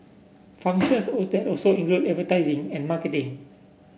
functions old that also include advertising and marketing